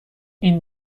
این